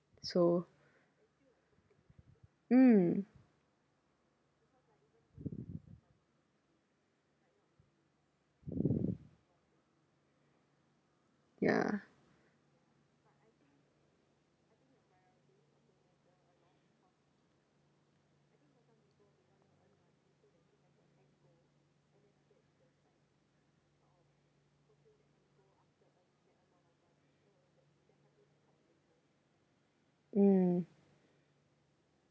so mm yeah mm